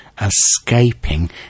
escaping